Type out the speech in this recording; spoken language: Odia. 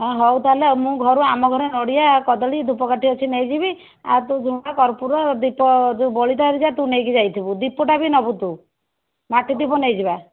ହଁ ହେଉ ତା'ହେଲେ ଆଉ ମୁଁ ଘରୁ ଆମ ଘରେ ନଡ଼ିଆ କଦଳୀ ଧୂପକାଠି ଅଛି ନେଇଯିବି ଆଉ ତୁ ଝୁଣା କର୍ପୁର ଦୀପ ଯେଉଁ ବଳିତା ହେରିକା ତୁ ନେଇକି ଯାଇଥିବୁ ଦୀପଟା ବି ନେବୁ ତୁ ମାଟିଦୀପ ନେଇଯିବା